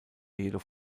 jedoch